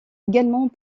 également